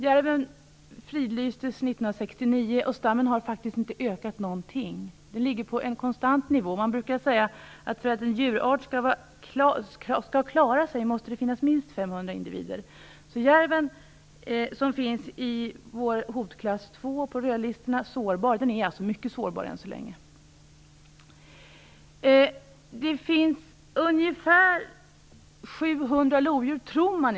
Järven fridlystes 1969, och stammen har faktiskt inte ökat någonting utan ligger på en konstant nivå. Man brukar säga att det måste finnas minst 500 individer för att en djurart skall klara sig. Järven, som finns i hotklass 2, "sårbar", är alltså mycket sårbar än så länge. För det andra tror man att det finns ungefär 700 lodjur i Sverige.